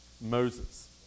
Moses